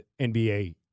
NBA